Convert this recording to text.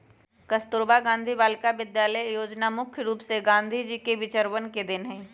कस्तूरबा गांधी बालिका विद्यालय योजना मुख्य रूप से गांधी जी के विचरवन के देन हई